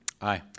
aye